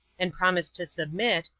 and promised to submit,